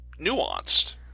nuanced